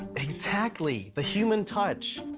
exactly the human touch.